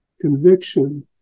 conviction